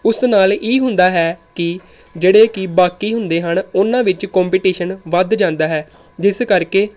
ਉਸ ਨਾਲ ਇਹ ਹੁੰਦਾ ਹੈ ਕਿ ਜਿਹੜੇ ਕਿ ਬਾਕੀ ਹੁੰਦੇ ਹਨ ਉਹਨਾਂ ਵਿੱਚ ਕੋਂਪੀਟੀਸ਼ਨ ਵੱਧ ਜਾਂਦਾ ਹੈ ਜਿਸ ਕਰਕੇ